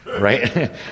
Right